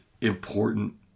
important